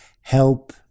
help